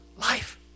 life